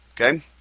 Okay